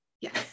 Yes